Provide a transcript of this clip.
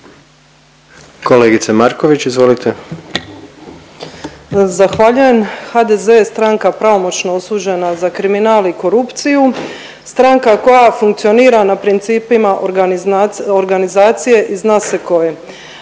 izvolite. **Marković, Ivana (SDP)** Zahvaljujem. HDZ je stranka pravomoćno osuđena za kriminal i korupciju, stranka koja funkcionira na principima organizacije i zna se koje,